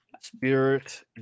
Spirit